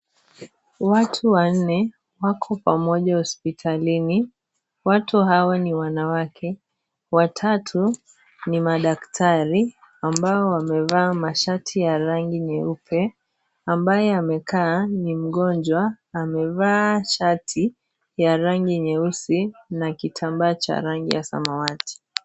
Watu wanne wako pamoja hospitalini. Watu hawa ni wanawake, watatu ni madaktari ambao wamevaa mashati ya rangi nyeupe, ambaye amekaa ni mgonjwa amevaa shati ya rangi nyeusi na kitambaa cha rangi ya samawati.